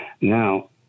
Now